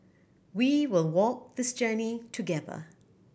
we will walk this journey together